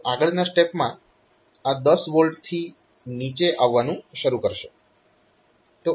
તો આગળના સ્ટેપમાં આ 10 V થી નીચે આવવાનું શરૂ કરશે